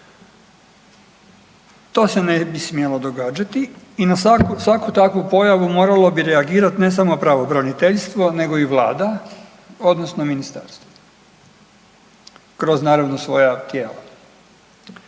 To se ne bi smjelo događati i na svaku takvu pojavu moralo bi reagirati ne samo pravobraniteljstvo nego i Vlada odnosno ministarstvo kroz naravno svoja tijela,